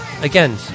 again